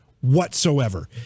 whatsoever